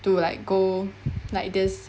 to like go like this